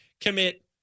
commit